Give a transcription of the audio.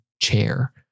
chair